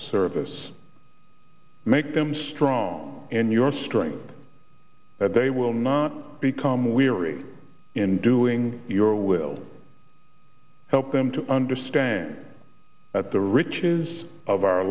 service make them strong and your strength that they will not become weary in doing your will help them to understand that the riches of our